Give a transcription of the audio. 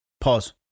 Pause